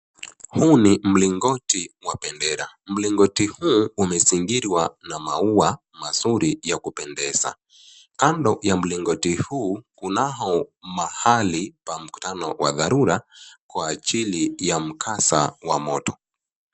Huu ni mlingoti wa bendera. Mlingoti huu umezingirwa na maua mazuri ya kupendeza. Kando ya mlingoti huu kunao mahali pa mkutano wa dharura kwa ajili ya mkasa wa moto.